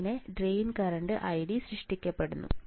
അങ്ങനെ drain current ID സൃഷ്ടിക്കപ്പെടുന്നു